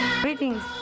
Greetings